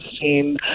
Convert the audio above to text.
seen